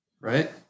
Right